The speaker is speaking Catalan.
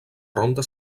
ronda